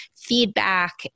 feedback